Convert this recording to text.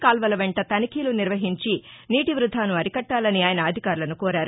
కాల్వలవెంట తనిఖీలు నిర్వహించి నీటి వ్బధాను అరికట్లాలని ఆయన అధికారులను కోరారు